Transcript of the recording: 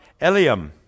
Eliam